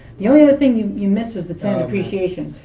the only other thing you you missed was the tone of appreciation.